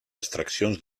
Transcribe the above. extraccions